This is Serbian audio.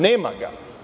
Nema ga.